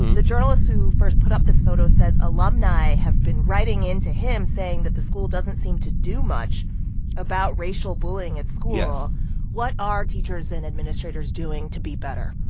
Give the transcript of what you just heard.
the journalist who first put up this photo says alumni have been writing in to him, saying that the school doesn't seem to do much about racial bullying at school yes what are teachers and administrators doing to be better?